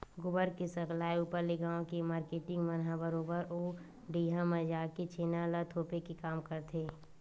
गोबर के सकलाय ऊपर ले गाँव के मारकेटिंग मन ह बरोबर ओ ढिहाँ म जाके छेना ल थोपे के काम करथे